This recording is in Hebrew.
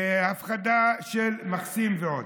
הפחתה של מכסים ועוד,